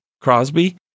Crosby